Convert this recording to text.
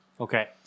Okay